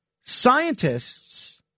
Scientists